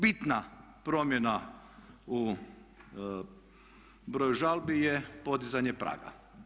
Bitna promjena u broju žalbi je podizanje praga.